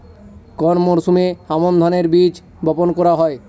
কোন মরশুমে আমন ধানের বীজ বপন করা হয়?